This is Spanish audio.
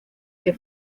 que